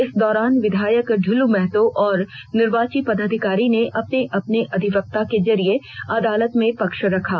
इस दौरान विधायक ढुलू महतो और निर्वाची पदाधिकारी ने अपने अपने अधिवक्ता के जरिए अदालत में पक्ष रखा